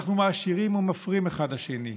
אנחנו מעשירים ומפרים אחד את השני.